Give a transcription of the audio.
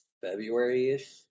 February-ish